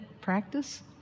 practice